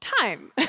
time